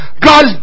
God